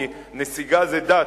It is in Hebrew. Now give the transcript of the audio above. כי נסיגה זה דת,